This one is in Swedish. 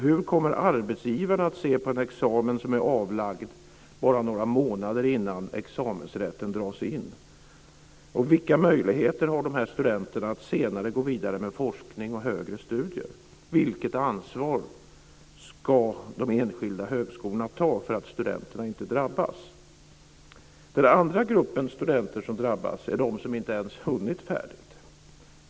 Hur kommer arbetsgivarna att se på en examen som är avlagd bara några månader innan examensrätten dras in? Vilka möjligheter har de här studenterna att senare gå vidare med forskning och högre studier? Vilket ansvar ska de enskilda högskolorna ta för att studenterna inte ska drabbas? Den andra gruppen studenter som drabbas är de som inte ens hunnit bli färdiga.